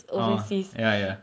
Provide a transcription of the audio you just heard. oh ya ya